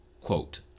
Quote